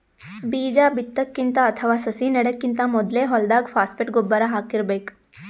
ಬೀಜಾ ಬಿತ್ತಕ್ಕಿಂತ ಅಥವಾ ಸಸಿ ನೆಡಕ್ಕಿಂತ್ ಮೊದ್ಲೇ ಹೊಲ್ದಾಗ ಫಾಸ್ಫೇಟ್ ಗೊಬ್ಬರ್ ಹಾಕಿರ್ಬೇಕ್